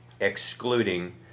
excluding